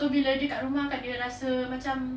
bila dia dekat rumah kan dia rasa macam